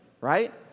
right